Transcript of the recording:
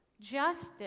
Justice